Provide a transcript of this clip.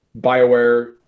Bioware